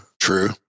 True